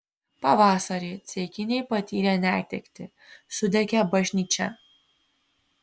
pavasarį ceikiniai patyrė netektį sudegė bažnyčia